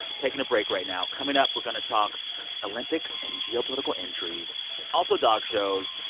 taking a break right now. coming up, we're going to talk olympics and geopolitical intrigue also, dog shows.